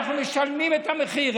אנחנו משלמים את המחיר.